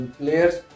players